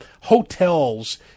hotels